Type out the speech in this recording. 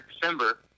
December